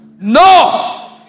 no